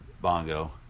Bongo